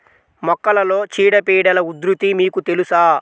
మొక్కలలో చీడపీడల ఉధృతి మీకు తెలుసా?